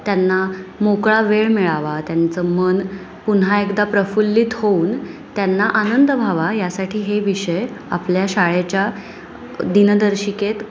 त्यांना मोकळा वेळ मिळावा त्यांचं मन पुन्हा एकदा प्रफुल्लित होऊन त्यांना आनंद व्हावा यासाठी हे विषय आपल्या शाळेच्या दिनदर्शिकेत